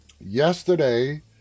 Yesterday